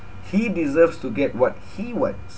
he deserves to get what he wants